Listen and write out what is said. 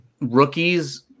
rookies